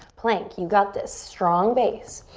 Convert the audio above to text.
plank, you got this. strong base.